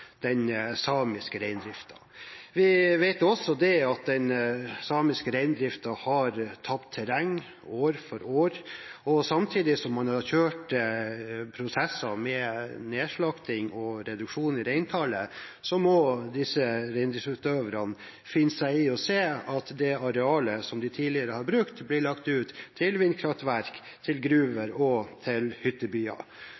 den samiske reindriften. Vi vet også at den samiske reindriften har tapt terreng år for år. Samtidig som man har kjørt prosesser med nedslakting og reduksjon i reintallet, må reindriftsutøverne finne seg i å se at det arealet som de tidligere har brukt, blir lagt ut til vindkraftverk, til